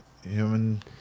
human